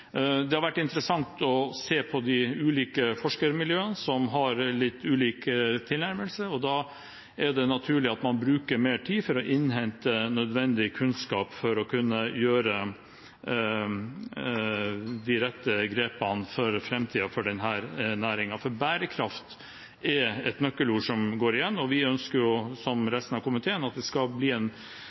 Det har vært interessant å se på de ulike forskermiljøene, som har litt ulik tilnærming, og da er det naturlig at man bruker mer tid på å innhente nødvendig kunnskap for å kunne gjøre de rette grepene for framtiden for denne næringen. For bærekraft er et nøkkelord som går igjen, og vi ønsker, som resten av komiteen, at det skal bli en